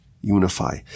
unify